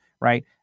right